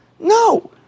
No